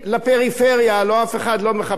הלוא אף אחד לא מחפש חדשות מקומיות